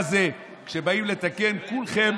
וכשבאים לתקן את הדבר הזה, כולכם